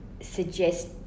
suggest